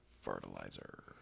Fertilizer